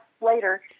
later